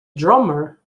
drummer